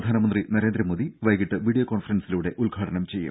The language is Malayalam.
പ്രധാനമന്ത്രി നരേന്ദ്രമോദി വൈകിട്ട് വീഡിയോ കോൺഫ്രൻസിലൂടെ ഉദ്ഘാടനം ചെയ്യും